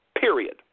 Period